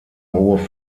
hohe